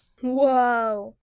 Whoa